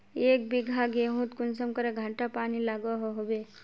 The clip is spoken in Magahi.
एक बिगहा गेँहूत कुंसम करे घंटा पानी लागोहो होबे?